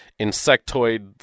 insectoid